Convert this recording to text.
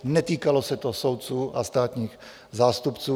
Netýkalo se to soudců a státních zástupců.